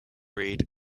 read